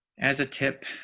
as a tip.